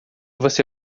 você